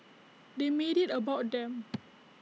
they made IT about them